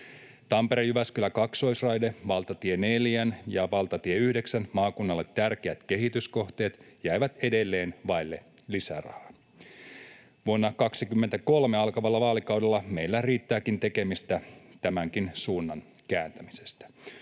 Tampere—Jyväskylä-kaksoisraide ja Valtatie 4:n ja Valtatie 9:n maakunnalle tärkeät kehityskohteet jäivät edelleen vaille lisärahaa. Vuonna 23 alkavalla vaalikaudella meillä riittääkin tekemistä tämänkin suunnan kääntämisessä.